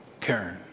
Karen